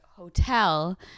hotel